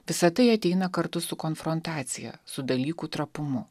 visa tai ateina kartu su konfrontacija su dalykų trapumu